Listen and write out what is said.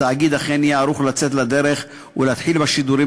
התאגיד אכן יהיה ערוך לצאת לדרך ולהתחיל בשידורים